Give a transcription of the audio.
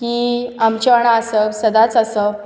की आमच्या वांगडा आसप सदांच आसप